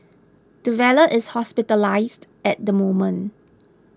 the valet is hospitalised at the moment